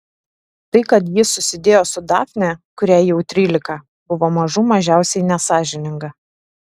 tai kad ji susidėjo su dafne kuriai jau trylika buvo mažų mažiausiai nesąžininga